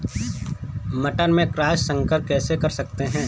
मटर में क्रॉस संकर कैसे कर सकते हैं?